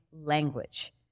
language